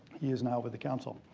he is now with the council.